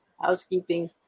Housekeeping